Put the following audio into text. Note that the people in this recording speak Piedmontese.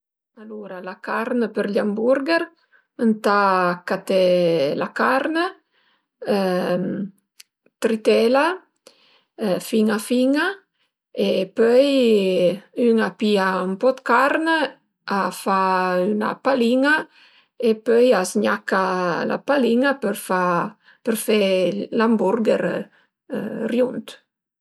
Alura la carn për gl'hamburger ëntà caté la carn, tritela fin-a fin-a e pöi ün a pìa ën po 'd carn, a fa 'na palin-a e pöi a zgnaca la palin-a për fa për fe l'hamburger riunt